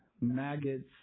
maggots